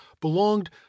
belonged